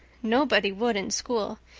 nobody would in school.